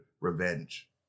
revenge